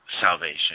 salvation